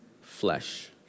flesh